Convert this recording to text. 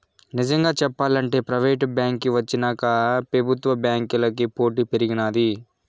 నిజంగా సెప్పాలంటే ప్రైవేటు బాంకీ వచ్చినాక పెబుత్వ బాంకీలకి పోటీ పెరిగినాది